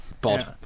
Bod